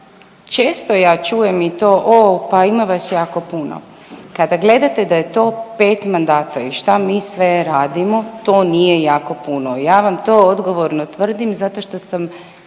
Često ja čujem i to, o pa ima vas jako puno. Kada gledate da je to 5 mandata i šta mi sve radimo to nije jako puno. Ja vam to odgovorno tvrdim zato što sam